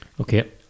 Okay